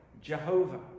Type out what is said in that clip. Jehovah